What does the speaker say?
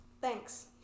Thanks